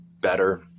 better